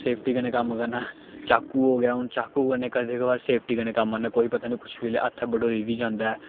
safety कन्नै कम्म करना चाकू हो गेआ हून चाकू कन्नै कदें कभार सेफ्टी कन्नै कम्म करना कोई पता निं कुछ बेल्लै हत्थ बडोई बी जंदा ऐ